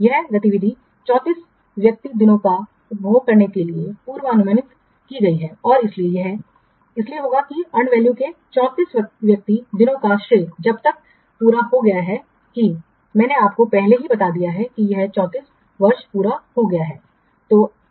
यह गतिविधि 34 व्यक्ति दिनों का उपभोग करने के लिए पूर्वानुमानित की गई थी और इसलिए यह इसलिए होगा कि अर्न वैल्यू के 34 व्यक्ति दिनों का श्रेय जब यह पूरा हो गया है कि मैंने आपको पहले ही बता दिया है कि यह 34 वर्ष पूरा हो गया है